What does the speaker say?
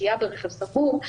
שהייה ברכב סגור,